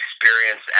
experience